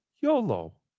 YOLO